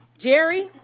jerry,